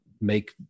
make